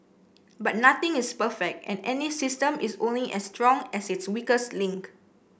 but nothing is perfect and any system is only as strong as its weakest link